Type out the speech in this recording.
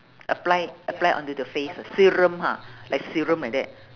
apply apply onto the face uh serum ah like serum like that